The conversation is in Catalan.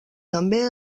també